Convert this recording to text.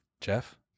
Jeff